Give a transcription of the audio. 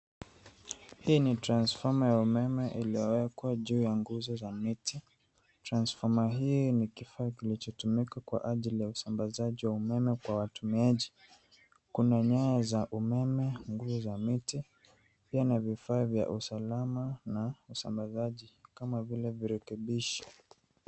Hii ni transformer ya umeme iliyowekwa juu ya nguzo za miti. Transformer hii ni kifaa kilichotumika kwa ajili ya usambazaji wa umeme kwa watumiaji. Kuna nyaya za umeme, nguzo za miti, pia na vifaa vya usalama na usambazaji kama vile virekebishi.